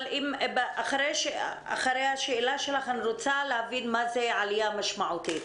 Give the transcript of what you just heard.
אבל אחרי השאלה שלך אני רוצה להבין מה זה עלייה משמעותית,